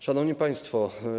Szanowni Państwo!